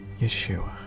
Yeshua